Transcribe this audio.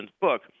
book